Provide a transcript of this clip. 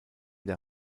der